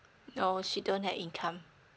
no she don't have income